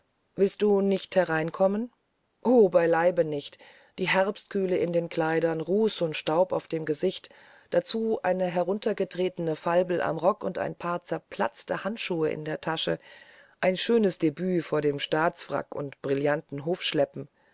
willst du nicht hereinkommen o beileibe nicht die herbstkühle in den kleidern staub und ruß auf dem gesicht dazu eine heruntergetretene falbel am rock und ein paar zerplatzter handschuhe in der tasche ein schönes debüt vor dem staatsfrack und brillanten hofschleppen